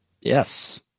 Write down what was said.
Yes